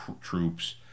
troops